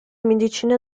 medicina